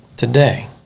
Today